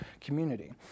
community